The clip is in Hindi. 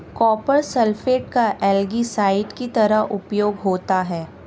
कॉपर सल्फेट का एल्गीसाइड की तरह उपयोग होता है